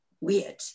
weird